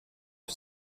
wyt